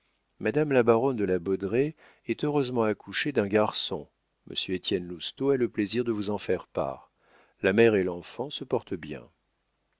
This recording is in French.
madame la baronne de la baudraye est heureusement accouchée d'un garçon monsieur étienne lousteau a le plaisir de vous en faire part la mère et l'enfant se portent bien